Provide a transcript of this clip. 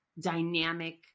dynamic